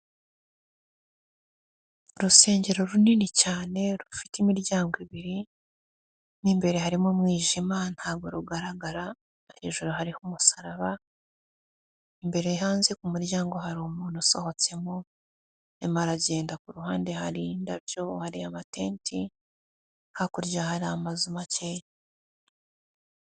Urusengero runini cyane, rufite imiryango ibiri, mo imbere harimo umwijima ntabwogo rugaragara, hejuru hariho umusaraba, imbere hanze ku muryango hari umuntu usohotsemo, nyamara aragenda kuru ruhande, hari indabyo, hari amatenti, hakurya hari amazu makeya.